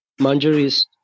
Manjaris